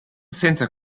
senza